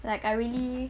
like I really